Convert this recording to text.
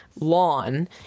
lawn